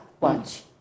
Watch